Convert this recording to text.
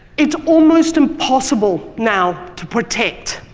it's almost impossible now to protect